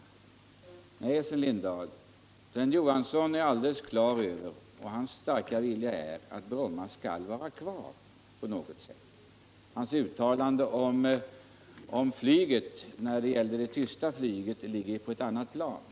Nej, Sven Johanssons starka vilja är att Bromma flygplats skall vara kvar! Hans uttalande om det tysta flyget ligger på ett annat plan.